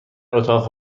اتاق